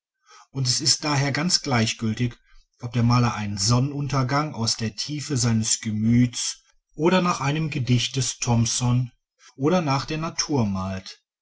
und es ist daher ganz gleichgültig ob der maler einen sonnenuntergang aus der tiefe seines gemüts oder nach einem gedicht des thomson oder nach der natur malt